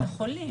את החולים.